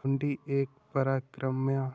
हुंडी एक परक्राम्य